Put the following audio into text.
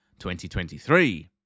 2023